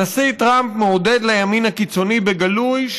הנשיא טראמפ מעודד את הימין הקיצוני בגלוי,